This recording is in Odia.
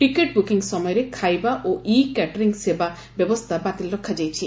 ଟିକଟ ବୃକିଂ ସମୟରେ ଖାଇବା ଓ ଇ କ୍ୟାଟରିଙ୍ଗ ସେବା ବ୍ୟବସ୍ଥା ବାତିଲ ରଖାଯାଇଛି